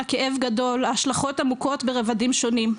הכאב גדול, ההשלכות עמוקות ברבדים שונים.